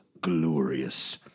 glorious